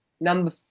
number